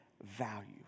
value